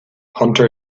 hunter